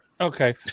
Okay